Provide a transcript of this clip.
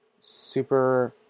super